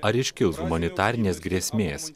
ar iškils humanitarinės grėsmės